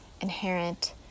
inherent